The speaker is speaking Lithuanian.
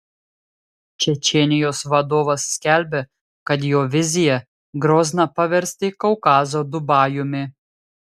čečėnijos vadovas skelbia kad jo vizija grozną paversti kaukazo dubajumi